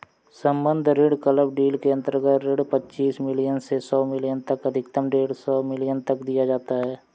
सम्बद्ध ऋण club deal के अंतर्गत ऋण पच्चीस मिलियन से सौ मिलियन तक अधिकतम डेढ़ सौ मिलियन तक दिया जाता है